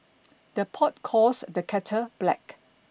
the pot calls the kettle black